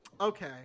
Okay